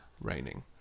raining